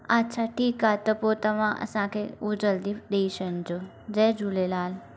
अच्छा ठीकु आहे त पोइ तव्हां असांखे उहो जल्दी ॾेई छॾजो जय झुलेलाल